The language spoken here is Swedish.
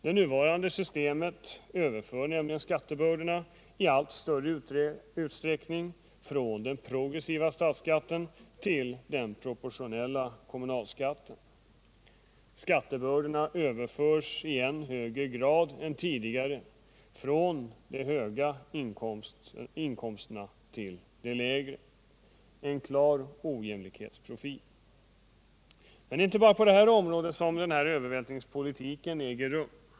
Det nuvarande systemet överför nämligen skattebördorna i allt större utsträckning från den progressiva statsskatten till den proportionella kommunalskatten. Skattebördorna överförs nu i än högre grad än tidigare från de höga inkomsttagarna till de lägre, alltså en klar ojämlikhetsprofil. Men det är inte bara på detta område som denna övervältringspolitik äger rum.